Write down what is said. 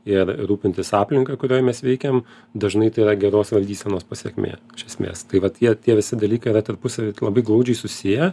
ir rūpintis aplinka kurioj mes veikiam dažnai tai yra geros valdysenos pasekmė iš esmės tai vat tie tie visi dalykai yra tarpusavy labai glaudžiai susiję